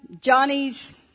Johnny's